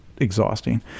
exhausting